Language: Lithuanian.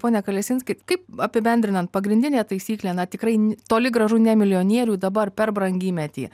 pone kalesinski kaip apibendrinant pagrindinė taisyklė na tikrai toli gražu ne milijonierių dabar per brangymetį